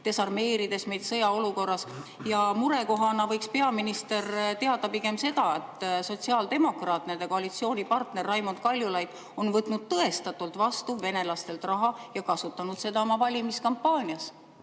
desarmeerides meid sõjaolukorras. Murekohana võiks peaminister teada pigem seda, et sotsiaaldemokraat, nende koalitsioonipartner Raimond Kaljulaid on võtnud tõestatult vastu venelastelt raha ja kasutanud seda oma valimiskampaanias.